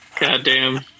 Goddamn